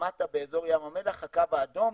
למטה באזור ים המלח, הקו האדום,